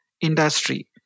industry